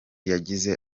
yagize